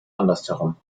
andersherum